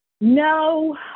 No